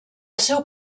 seu